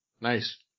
Nice